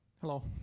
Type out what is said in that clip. hello.